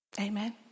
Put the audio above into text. Amen